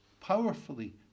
powerfully